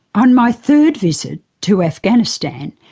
on my third visit to afghanistan,